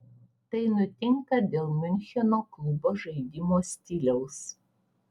tai nutinka dėl miuncheno klubo žaidimo stiliaus